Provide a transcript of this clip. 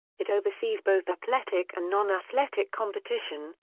it oversees both athletic and non-athletic competition,